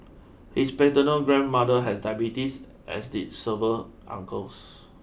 his paternal grandmother had diabetes as did several uncles